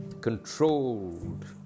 controlled